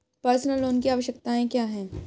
Personal loan की आवश्यकताएं क्या हैं?